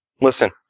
Listen